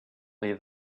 leave